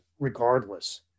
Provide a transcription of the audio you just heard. regardless